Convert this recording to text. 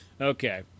Okay